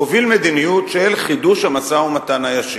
הוביל מדיניות של חידוש המשא-ומתן הישיר,